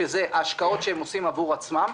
שזה ההשקעות שהן עושות עבור עצמן,